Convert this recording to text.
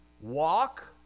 Walk